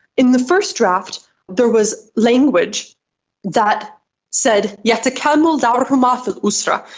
in the first draft there was language that said, yetekaamal dawrhuma fil usra,